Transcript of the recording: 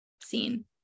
seen